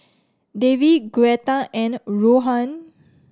Davey Gretta and Rohan